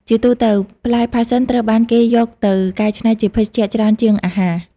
ជាទូទៅ ផ្លែផាសសិនត្រូវបានគេយកទៅកែច្នៃជាភេសជ្ជៈច្រើនជាងអាហារ។